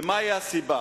מהי הסיבה?